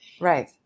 Right